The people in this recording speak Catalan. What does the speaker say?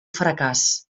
fracàs